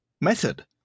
method